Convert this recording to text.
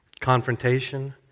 Confrontation